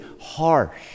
harsh